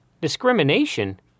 Discrimination